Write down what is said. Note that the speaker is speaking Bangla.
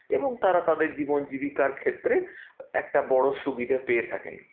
এবং তারা তাদের জীবন জীবিকার ক্ষেত্রে একটা বড় সুবিধা পেয়ে থাকেন